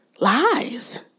lies